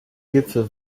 gipfel